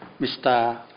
Mr